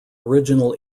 original